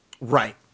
right